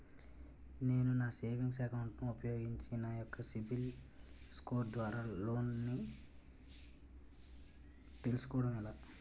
నేను నా savings account ను ఉపయోగించి నా యెక్క సిబిల్ స్కోర్ ద్వారా లోన్తీ సుకోవడం ఎలా?